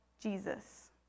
Jesus